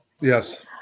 Yes